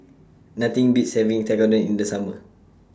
Nothing Beats having Tekkadon in The Summer